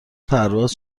پرواز